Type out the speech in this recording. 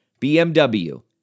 BMW